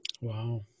Wow